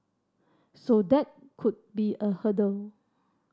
so that could be a hurdle